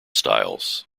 styles